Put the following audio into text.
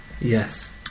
Yes